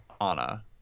Anna